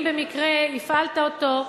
אם במקרה הפעלת אותו,